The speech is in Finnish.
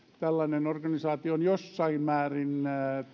tällaisen organisaation on jossain määrin